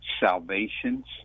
salvations